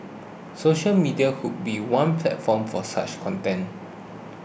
social media could be one platform for such content